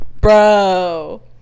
Bro